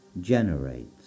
generates